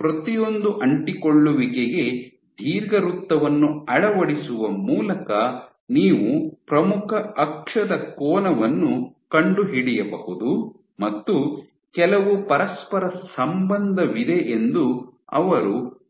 ಪ್ರತಿಯೊಂದು ಫೋಕಲ್ ಅಂಟಿಕೊಳ್ಳುವಿಕೆಗೆ ದೀರ್ಘವೃತ್ತವನ್ನು ಅಳವಡಿಸುವ ಮೂಲಕ ನೀವು ಪ್ರಮುಖ ಅಕ್ಷದ ಕೋನವನ್ನು ಕಂಡುಹಿಡಿಯಬಹುದು ಮತ್ತು ಕೆಲವು ಪರಸ್ಪರ ಸಂಬಂಧವಿದೆ ಎಂದು ಅವರು ಕಂಡುಕೊಂಡರು